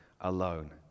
alone